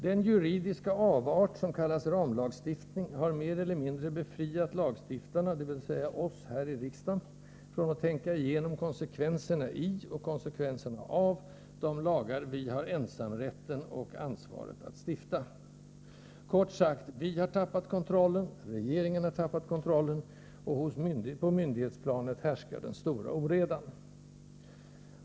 Den juridiska avart som kallas ramlagstiftning har mer eller mindre befriat lagstiftarna — dvs. oss här i riksdagen — från att tänka igenom konsekvensen i, och konsekvenserna av, de lagar vi har ensamrätten och ansvaret att stifta. Kort sagt: vi har tappat kontrollen, regeringen har tappat kontrollen och på myndighetsplanet härskar den stora oredan.